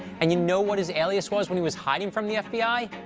and you know what his alias was when he was hiding from the fbi?